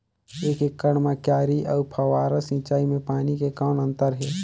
एक एकड़ म क्यारी अउ फव्वारा सिंचाई मे पानी के कौन अंतर हे?